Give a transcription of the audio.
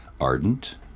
Ardent